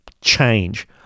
change